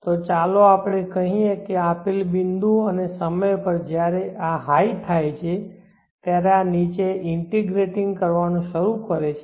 તો ચાલો આપણે કહીએ કે આપેલ બિંદુ અને સમય પર જ્યારે આ હાઈ થાય છે ત્યારે આ નીચે ઇન્ટેગ્રેટિંગ કરવાનું શરૂ કરે છે